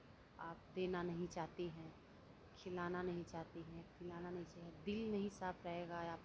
आप देना नहीं चाहते हैं खिलाना नहीं चाहते हैं खिलाना नहीं चाहे दिल नहीं साफ रहेगा आपका